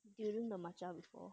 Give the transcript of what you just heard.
you drink the matcha before